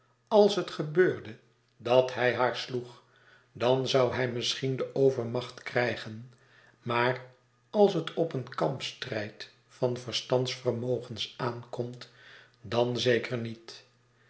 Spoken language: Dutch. als het gebeurde dat hij haar sloeg dan zou hij misschien de overmacht krijgen maar als het op een kampstrijd van verstandsvermogens aankomt dan zeker niet